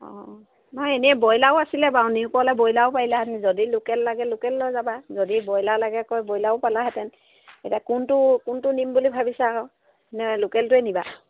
অঁ নহয় এনেই ব্ৰইলাৰো আছিলে বাৰু নিও ক'লে ব্ৰইলাৰো পাৰিলাহেঁতেন যদি লোকেল লাগে লোকেল লৈ যাবা যদি ব্ৰইলাৰ লাগে কয় ব্ৰইলাৰো পালাহেঁতেন এতিয়া কোনটো কোনটো নিম বুলি ভাবিছা আৰু নে লোকেলটোৱে নিবা